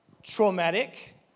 Traumatic